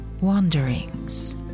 wanderings